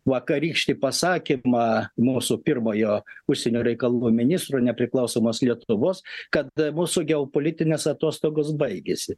vakarykštį pasakymą mūsų pirmojo užsienio reikalų ministro nepriklausomos lietuvos kad mūsų geopolitinės atostogos baigėsi